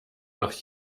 nach